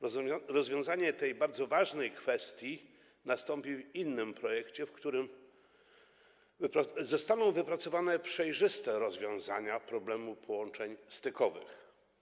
Rozwiązanie tej bardzo ważnej kwestii nastąpi w innym projekcie, w którym zostaną wypracowane przejrzyste rozwiązania problemu połączeń stykowych.